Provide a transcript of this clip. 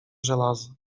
żelaza